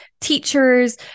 teachers